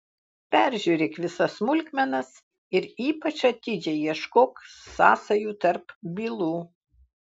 peržiūrėk visas smulkmenas ir ypač atidžiai ieškok sąsajų tarp bylų